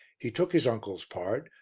he took his uncle's part,